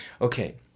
Okay